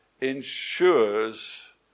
ensures